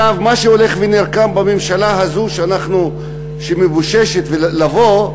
מה שהולך ונרקם בממשלה הזו, שמבוששת לבוא,